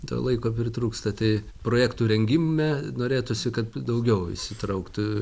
dėl laiko pritrūksta tai projektų rengime norėtųsi kad daugiau įsitrauktų